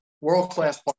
world-class